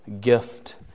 gift